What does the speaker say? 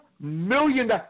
million